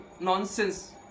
nonsense